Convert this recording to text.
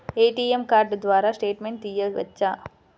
ATM card ద్వారా statement తీయవచ్చా?